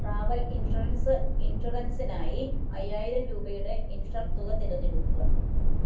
travel insurance ഇൻഷുറൻസിനായി അയ്യായിരം രൂപയുടെ ഇൻഷുർ തുക തിരഞ്ഞെടുക്കുക